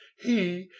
he,